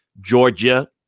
Georgia